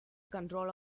control